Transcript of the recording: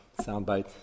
soundbite